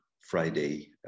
Friday